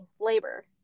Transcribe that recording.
labor